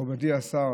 מכובדי השר